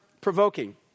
provoking